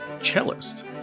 cellist